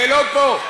זה לא פה.